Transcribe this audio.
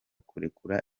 kurekura